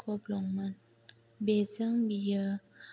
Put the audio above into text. गब्लंमोन बेजोंं बियो